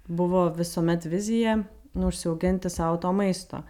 buvo visuomet vizija nu užsiauginti sau to maisto